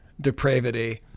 depravity